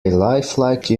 lifelike